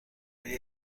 آیا